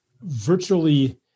virtually